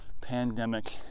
pandemic